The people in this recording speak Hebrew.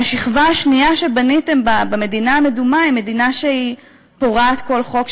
והשכבה השנייה שבניתם במדינה המדומה היא מדינה שפורעת כל חוק,